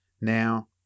Now